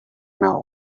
now